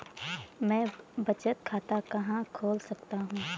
मैं बचत खाता कहां खोल सकता हूँ?